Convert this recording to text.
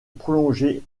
prolonger